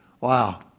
Wow